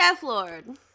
Deathlord